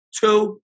Two